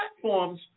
Platforms